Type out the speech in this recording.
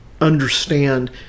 understand